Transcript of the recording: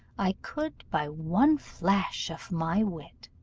i could, by one flash of my wit,